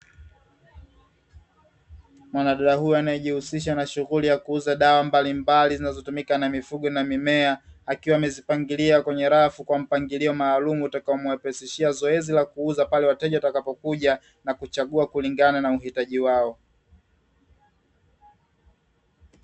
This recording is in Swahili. Mwanadada huyu anaejishunghulisha na shunghuli ya kuuza dawa mbalimbali zinazotumika na mifugo na mimea, akiwa amezipangilia kwenye rafu kwa mpangilio maalumu utakaomwepesishia zoezi la kuuza pale wateja watakapokuja, na kuchagua kulingana na uhitaji wao .